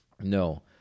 No